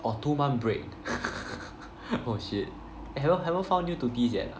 oh two month break oh shit haven't haven't found new tutees yet ah